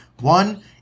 One –